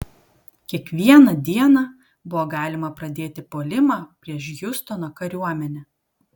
kiekvieną dieną buvo galima pradėti puolimą prieš hjustono kariuomenę